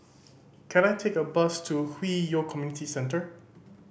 can I take a bus to Hwi Yoh Community Centre